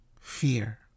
fear